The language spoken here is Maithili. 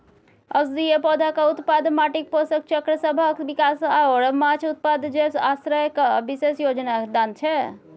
औषधीय पौधाक उत्पादन, माटिक पोषक चक्रसभक विकास आओर माछ उत्पादन जैव आश्रयक विशेष योगदान छै